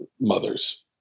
mothers